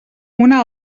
una